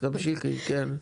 תמשיכי כן.